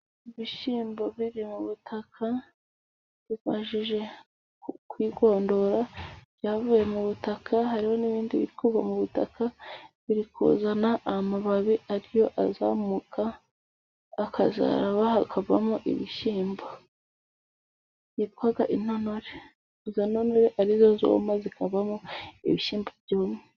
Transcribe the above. Ibishyimbo biri mu butaka， bimajije kwigondora byavuye mu butaka， hari n'ibindi bikuba mu butaka biri kuzana amababi， ariyo azamuka akazaraba hakavamo ibishyimbo，yitwa intonore ari zo zuma zikavamo ibishyimbo byumye.